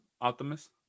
Optimus